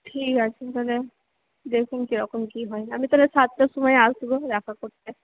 ঠিক আছে তাহলে দেখুন কীরকম কী হয় আমি তাহলে সাতটার সময় আসবো দেখা করতে